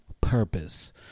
purpose